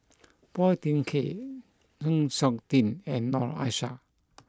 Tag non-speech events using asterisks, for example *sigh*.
*noise* Phua Thin Kiay Chng Seok Tin and Noor Aishah